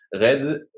red